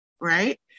right